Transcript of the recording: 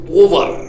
over